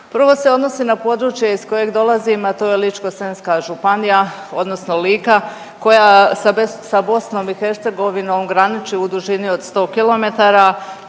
Prvo se odnosi na područje iz kojeg dolazim, a to je Ličko-senjska županija odnosno Lika koja sa BiH graniči u dužini od 100 km,